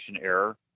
error